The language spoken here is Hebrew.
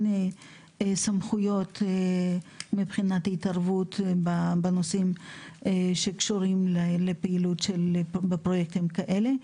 סמכויות מבחינת התערבות בנושאים שקשורים לפעילות של פרויקטים כאלה.